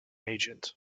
agent